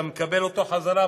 אתה מקבל אותו בחזרה,